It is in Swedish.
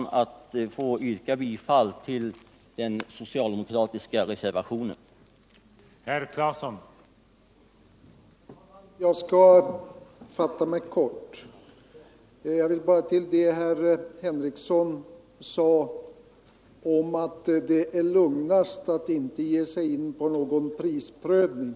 Jag ber att få yrka bifall till den socialdemokratiska reservationen 3.